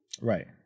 Right